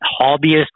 hobbyist